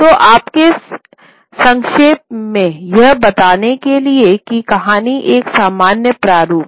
तो आपको संक्षेप में यह बताने के लिए कि कहानी है एक सामान्य प्रारूप है